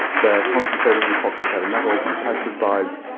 they're concentrating the toxic heavy metals and the pesticides.